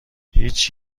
هیچ